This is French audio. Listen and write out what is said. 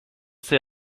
ces